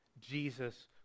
Jesus